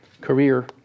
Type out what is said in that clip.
career